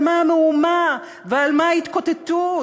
ועל מה המהומה ועל מה ההתקוטטות?